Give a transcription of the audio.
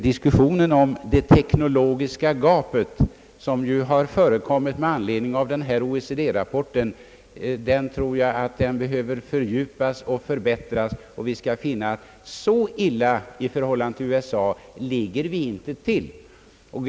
Diskussionen om det teknologiska gapet, vilken uppstått med anledning av den aktuella OECD-rapporten, tror jag behöver fördjupas och förbättras. Då skall vi finna att vi inte ligger så illa till i jämförelse med USA.